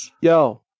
yo